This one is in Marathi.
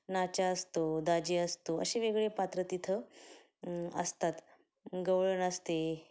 नाच्या असतो दाजी असतो असे वेगवेगळे पात्रं तिथं असतात गवळण असते